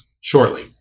shortly